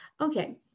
Okay